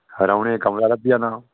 रौंह्ने गी कमरा लब्भी जाना